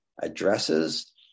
addresses